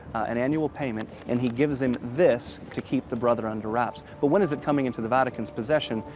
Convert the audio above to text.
an annual payment, and he gives him this to keep the brother under wraps. but when is it coming into the vatican's possession?